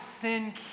sin